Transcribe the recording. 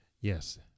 Yes